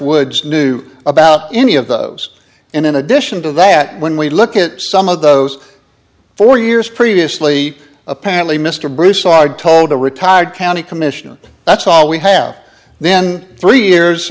woods knew about any of those and in addition to that when we look at some of those four years previously apparently mr broussard told a retired county commissioner that's all we have then three years